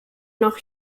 noch